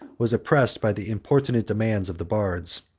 was oppressed by the importunate demands of the bards.